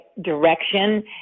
direction